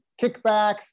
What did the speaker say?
kickbacks